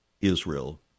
Israel